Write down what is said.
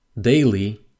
daily